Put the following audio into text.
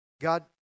God